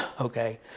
okay